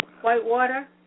Whitewater